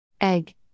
egg